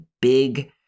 big